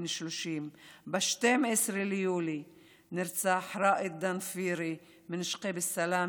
בן 30. ב-12 ביולי נרצח ראאד דנפירי משגב שלום,